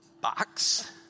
box